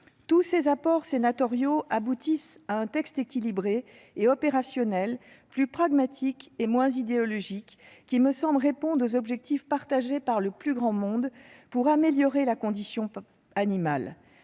Tous ces apports sénatoriaux aboutissent à un texte équilibré et opérationnel, plus pragmatique et moins idéologique, qui me semble répondre aux objectifs partagés par le plus grand nombre pour améliorer la condition animale.